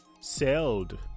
sailed